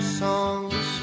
songs